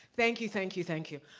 thank you, thank you, thank you.